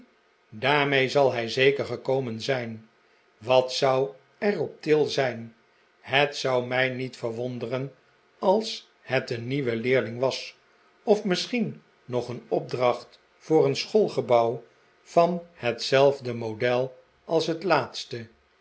daarmee zal hij zeker gekomen zijn wat zou er op til zijn het zou mij niet verwonderen als het een nieuwe leerling was of misschien nog een opdracht voor een schoolgebouw van hetzelfde model als het laatste